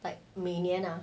like 每年 ah